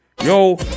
Yo